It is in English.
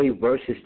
versus